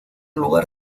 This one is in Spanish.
lugar